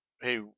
hey